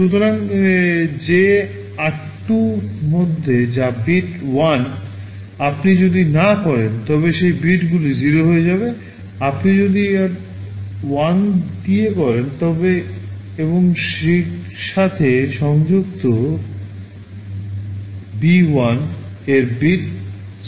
সুতরাং যে r2 মধ্যে যা বিট 1 আপনি যদি না করেন তবে সেই বিটগুলি 0 হয়ে যাবে আপনি যদি আর 1 দিয়ে করেন এবং সেই সাথে সংযুক্ত b 1 এর বিট 0 হয়